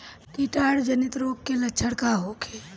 कीटाणु जनित रोग के लक्षण का होखे?